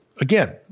again